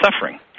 suffering